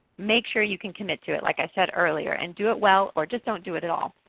make sure you can commit to it, like i said earlier, and do it well, or just don't do it at all.